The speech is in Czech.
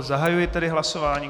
Zahajuji tedy hlasování.